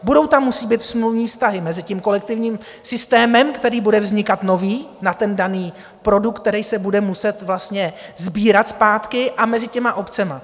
Budou tam muset být smluvní vztahy mezi tím kolektivním systémem, který bude vznikat nový na daný produkt, který se bude muset sbírat zpátky a mezi obcemi.